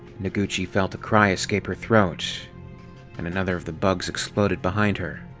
noguchi felt a cry escape her throat and another of the bugs exploded behind her.